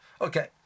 Okay